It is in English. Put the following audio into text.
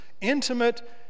intimate